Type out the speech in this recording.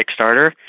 Kickstarter